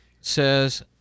says